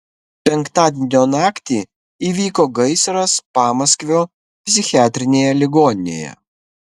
penktadienio naktį įvyko gaisras pamaskvio psichiatrinėje ligoninėje